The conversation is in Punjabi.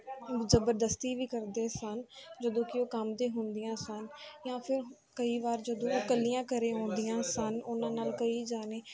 ਜਬਰਦਸਤੀ ਵੀ ਕਰਦੇ ਸਨ ਜਦੋਂ ਕਿ ਉਹ ਕੰਮ 'ਤੇ ਹੁੰਦੀਆਂ ਸਨ ਜਾਂ ਫਿਰ ਕਈ ਵਾਰ ਜਦੋਂ ਇਕੱਲੀਆਂ ਘਰ ਆਉਂਦੀਆਂ ਸਨ ਉਹਨਾਂ ਨਾਲ ਕਈ ਜਣੇ